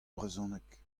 brezhoneg